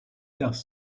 does